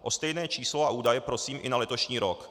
O stejné číslo a údaje prosím i na letošní rok.